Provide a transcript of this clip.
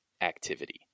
activity